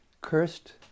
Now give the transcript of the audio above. Cursed